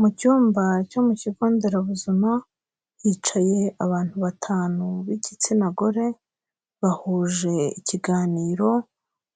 Mu cyumba cyo mu kigo nderabuzima, hicaye abantu batanu b'igitsina gore, bahuje ikiganiro,